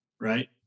right